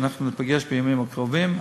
ואנחנו ניפגש בימים הקרובים.